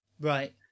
Right